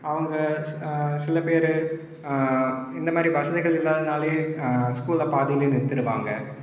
அவங்க சில பேரு இந்த மாதிரி வசதிகள் இல்லாதனாலேயே ஸ்கூலில் பாதிலேயே நிறுத்திடுவாங்கள்